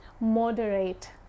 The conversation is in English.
moderate